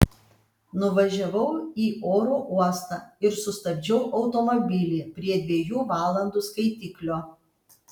nuvažiavau į oro uostą ir sustabdžiau automobilį prie dviejų valandų skaitiklio